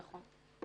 נכון.